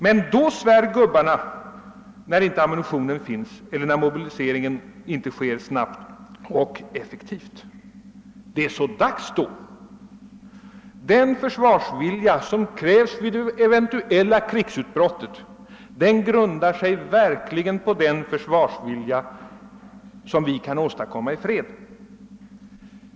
Men då svär gubbarna när ammunitionen inte finns tillgänglig eller när mobiliseringen inte sker snabbt och effektivt. Det är så dags då! Den försvarsvilja som krävs vid det eventuella krigsutbrottet grundar sig på den försvarsvilja som vi kan åstadkomma i fred.